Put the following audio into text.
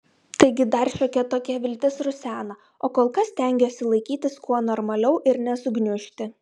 taigi dar šiokia tokia viltis rusena o kol kas stengiuosi laikytis kuo normaliau ir nesugniužti